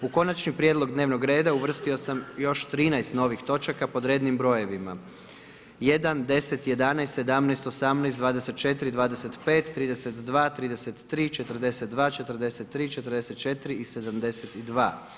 U Konačni poziv dnevnog reda uvrstio sam još 13. novih točaka pod rednim brojevima: 1., 10., 11., 17., 18., 24., 25., 32., 33., 42., 43., 44. i 72.